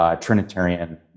Trinitarian